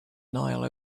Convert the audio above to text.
nile